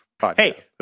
Hey